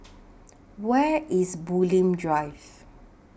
Where IS Bulim Drive